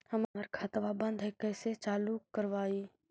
हमर खतवा बंद है कैसे चालु करवाई?